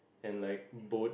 and like boat